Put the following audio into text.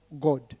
God